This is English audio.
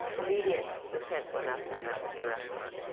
immediately the tent went up and that was the restaurant.